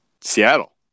Seattle